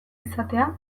izatea